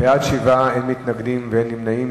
שבעה בעד, אין מתנגדים ואין נמנעים.